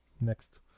Next